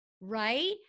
right